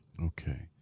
Okay